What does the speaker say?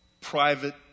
private